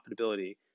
Profitability